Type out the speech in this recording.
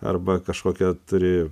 arba kažkokią turi